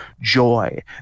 joy